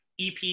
EP